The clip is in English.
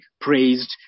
praised